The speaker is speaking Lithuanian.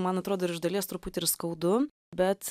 man atrodo ir iš dalies truputį ir skaudu bet